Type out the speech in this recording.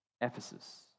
Ephesus